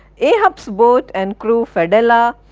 ahabis boat and crew. fedallah,